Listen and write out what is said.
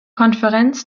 konferenz